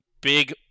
big